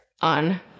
on